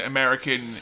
American